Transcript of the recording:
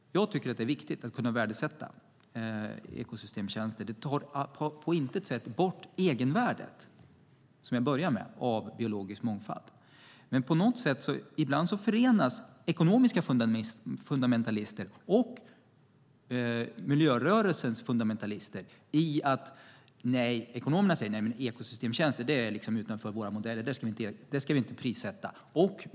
Jag tycker att det är viktigt att kunna värdesätta ekosystemtjänster. Det tar på intet sätt bort egenvärdet av biologisk mångfald, som jag började med att tala om. Men ibland förenas ekonomiska fundamentalister och miljörörelsens fundamentalister. Ekonomerna säger: Ekosystemtjänster är utanför våra modeller. Det ska vi inte prissätta!